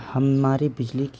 ہماری بجلی کھی